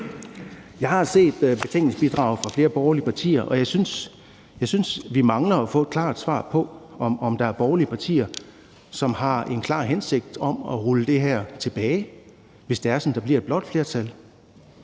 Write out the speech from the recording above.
Jeg har set betænkningsbidraget fra flere borgerlige partier, og jeg synes, vi mangler at få et klart svar på, om der er borgerlige partier, som har en klar hensigt om at rulle det her tilbage, hvis det er sådan, at der bliver et blåt flertal.